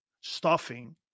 stuffing